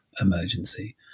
emergency